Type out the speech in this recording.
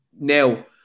now